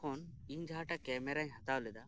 ᱛᱚᱠᱷᱚᱱ ᱤᱧ ᱡᱟᱦᱟᱸᱴᱟᱜ ᱠᱮᱢᱮᱨᱟᱧ ᱦᱟᱛᱟᱣ ᱞᱮᱫᱟ